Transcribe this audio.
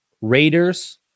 Raiders